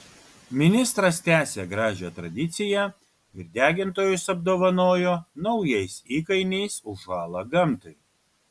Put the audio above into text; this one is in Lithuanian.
ministras tęsė gražią tradiciją ir degintojus apdovanojo naujais įkainiais už žalą gamtai